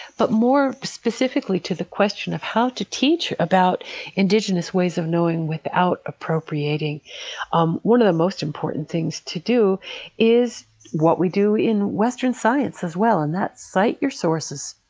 but more specifically, to the question of how to teach about indigenous ways of knowing without appropriating um one of the most important things to do is what we do in western science as well, and that is cite your sources,